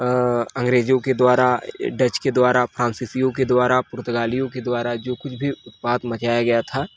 अ अंग्रेजों के द्वारा डच के द्वारा फ्रांसीसियों के द्वारा पुर्तगालियों के द्वारा जो कुछ भी उत्पात मचाया गया था